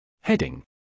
Heading